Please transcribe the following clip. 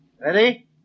Ready